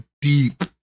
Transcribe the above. deep